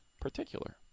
particular